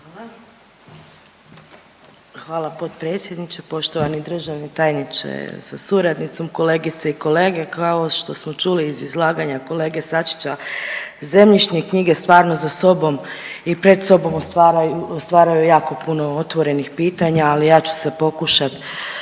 (HDZ)** Hvala potpredsjedniče. Poštovani državni tajniče sa suradnicom, kolegice i kolege, kao što smo čuli iz izlaganja kolege Sačića zemljišne knjige stvarno za sobom i pred sobom otvaraju jako puno otvorenih pitanja, ali ja ću se pokušati